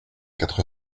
quatre